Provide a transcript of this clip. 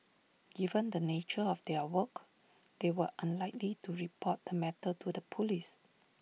given the nature of their work they were unlikely to report the matter to the Police